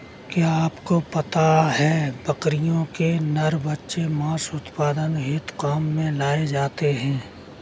क्या आपको पता है बकरियों के नर बच्चे मांस उत्पादन हेतु काम में लाए जाते है?